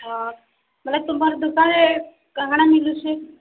ହଁ ବେଲେ ତୁମର୍ ଦୁକାନ୍ରେ କାଣା କାଣା ମିଲୁଛେ